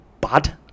bad